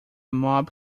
mob